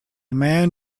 man